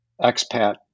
expat